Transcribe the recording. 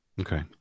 Okay